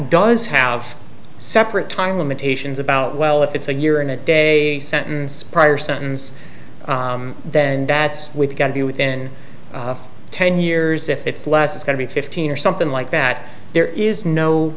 does have separate time limitations about well if it's a year in a day sentence prior sentence then that's we've got to be within ten years if it's less it's got to be fifteen or something like that there is no